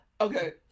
okay